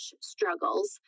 struggles